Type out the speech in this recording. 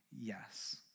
Yes